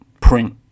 print